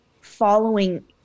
following